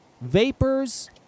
vapors